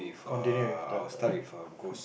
continue with the